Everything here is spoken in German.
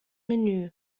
menü